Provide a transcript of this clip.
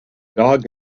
dog